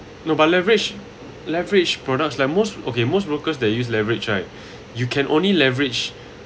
no but leverage leverage products like most okay most brokers they use leverage right you can only leverage